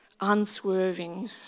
unswerving